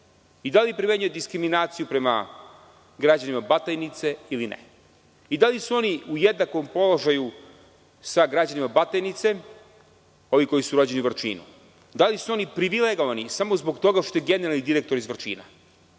i da li primenjuje diskriminaciju prema građanima Batajnice ili ne? I da li su oni u jednakom položaju sa građanima Batajnice, oni koji su rođeni u Vrčinu? Da li su oni privilegovani samo zbog toga što je generalni direktor iz